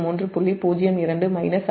02 69